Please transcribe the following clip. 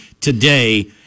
today